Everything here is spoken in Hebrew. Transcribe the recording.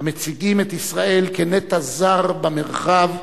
המציגים את ישראל כנטע זר במרחב,